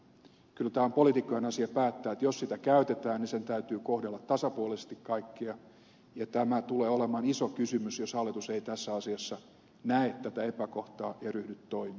kyllä tämä on poliitikkojen asia päättää että jos sitä käytetään niin sen täytyy kohdella tasapuolisesti kaikkia ja tämä tulee olemaan iso kysymys jos hallitus ei tässä asiassa näe tätä epäkohtaa ja ryhdy toimiin